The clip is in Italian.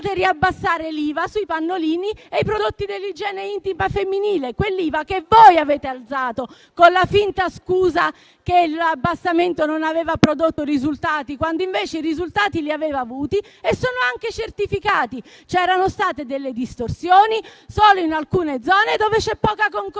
quell'IVA che voi avete alzato con la finta scusa che l'abbassamento non aveva prodotto risultati, quando invece i risultati li aveva avuti e sono anche certificati. C'erano state delle distorsioni solo in alcune zone dove c'è poca concorrenza.